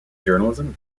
journalism